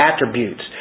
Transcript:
attributes